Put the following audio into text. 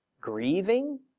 grieving